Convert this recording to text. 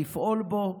לפעול בו,